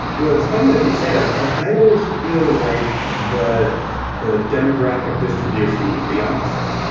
well, it's funny that you say that because i always feel like the the demographic distribution is the opposite.